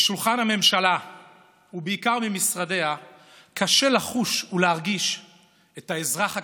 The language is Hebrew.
משולחן הממשלה ובעיקר ממשרדיה קשה לחוש ולהרגיש את האזרח הקטן,